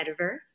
metaverse